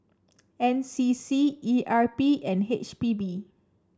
N C C E R P and H P B